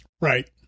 Right